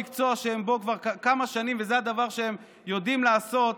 המקצוע שהם בו כבר כמה שנים וזה הדבר שהם יודעים לעשות,